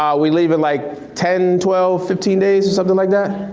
um we leave in like ten, twelve, fifteen days or something like that.